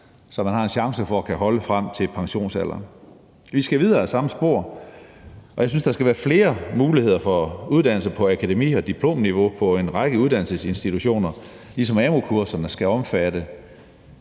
så man har en chance for at kunne holde frem til pensionsalderen. Vi skal videre ad samme spor, og jeg synes, der skal være flere muligheder for uddannelse på akademi- og diplomniveau på en række uddannelsesinstitutioner, ligesom amu-kurserne ikke kun skal omfatte